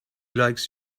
likes